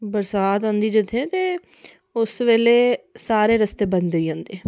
बरसांत होदी जेल्लै उत्थै ते उस बेल्लै सारे रस्ते बंद होई जंदे